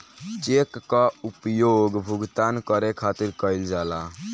check कअ उपयोग भुगतान करे खातिर कईल जाला